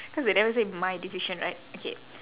because they never say my decision right okay